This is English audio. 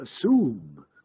assume